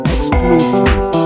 Exclusive